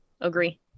agree